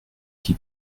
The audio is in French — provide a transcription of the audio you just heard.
qui